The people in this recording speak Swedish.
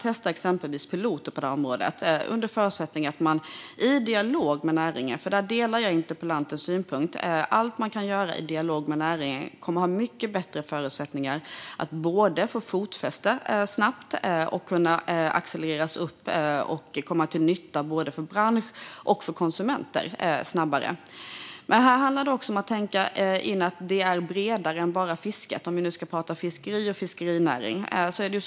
Det kan ske under förutsättning att det finns en dialog med näringen. Jag delar interpellantens synpunkt att allt man kan göra i dialog med näringen kommer att ha mycket bättre förutsättningar att både snabbt få fotfäste och kunna accelerera för att komma till nytta för bransch och konsumenter. Det handlar också att tänka på att det hela är bredare än bara fisket, om vi nu har fiskeri och fiskerinäring som exempel.